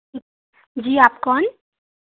जी आप कौन